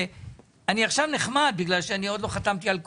אני עכשיו נחמד כי עוד לא חתמתי על קואליציה.